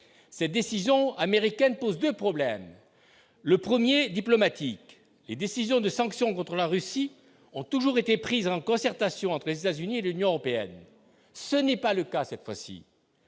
cette décision américaine pose 2 problèmes : le 1er diplomatique, les décisions de sanctions contre la Russie, ont toujours été prises en concertation entre Zaz unies et l'Union européenne, ce n'est pas le cas cette fois-ci